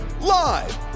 live